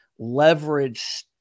leveraged